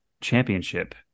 championship